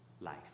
life